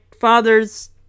father's